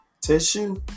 tissue